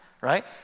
right